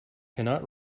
cannot